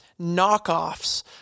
knockoffs